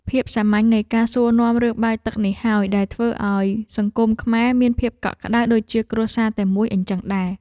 ភាពសាមញ្ញនៃការសួរនាំរឿងបាយទឹកនេះហើយដែលធ្វើឱ្យសង្គមខ្មែរមានភាពកក់ក្តៅដូចជាគ្រួសារតែមួយអញ្ចឹងដែរ។